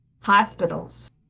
Hospitals